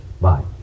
Bye